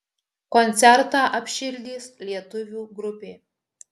koncertą apšildys lietuvių grupė